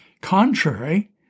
Contrary